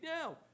now